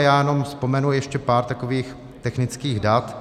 Já jenom vzpomenu ještě pár takových technických dat.